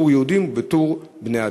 בתור יהודים ובתור בני-אדם.